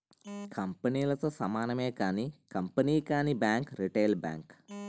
కంపెనీలతో సమానమే కానీ కంపెనీ కానీ బ్యాంక్ రిటైల్ బ్యాంక్